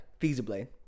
feasibly